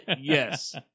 Yes